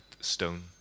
stone